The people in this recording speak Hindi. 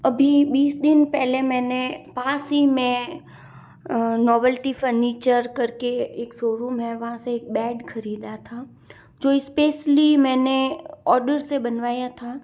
अभी बीस दिन पहले मैंने पास ही में नोवेल्टी फर्नीचर करके एक शोरूम है वहाँ से एक बेड ख़रीदा था जो स्पेसली मैंने आर्डर से बनवाया था